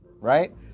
Right